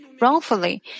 wrongfully